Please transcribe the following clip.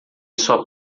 sua